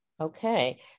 Okay